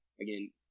again